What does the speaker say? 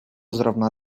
zrovna